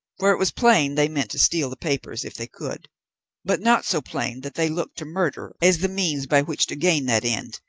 for it was plain they meant to steal the papers, if they could but not so plain that they looked to murder as the means by which to gain that end,